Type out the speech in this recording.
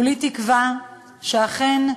כולי תקווה שאכן,